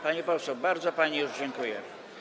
Pani poseł, bardzo pani już dziękuję.